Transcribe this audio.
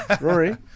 Rory